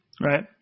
Right